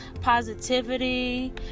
positivity